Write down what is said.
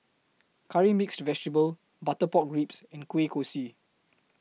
Curry Mixed Vegetable Butter Pork Ribs and Kueh Kosui